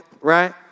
right